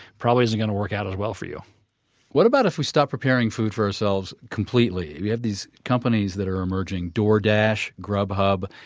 probably isn't going to work out well for you what about if we start preparing food for ourselves completely? we have these companies that are emerging. doordash, grubhub,